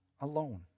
alone